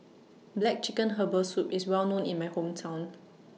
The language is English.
Black Chicken Herbal Soup IS Well known in My Hometown